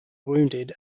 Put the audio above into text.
wounded